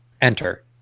enter